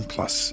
Plus